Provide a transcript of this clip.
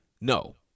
No